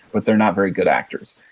but they're not very good actors.